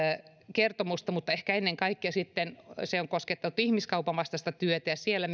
kertomusta mutta ehkä ennen kaikkea se on koskettanut ihmiskaupan vastaista työtä ja siellä